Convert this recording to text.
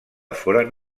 foren